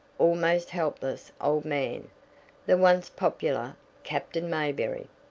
almost helpless old man the once popular captain mayberry.